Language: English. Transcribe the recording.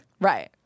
Right